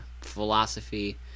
philosophy